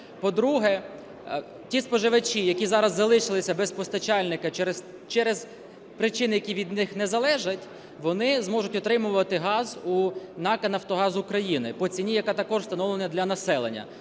По-друге, ті споживачі, які зараз залишилися без постачальника через причини, які від них не залежать, вони зможуть отримувати газ у НАК "Нафтогаз України" по ціні, яка також встановлена для населення.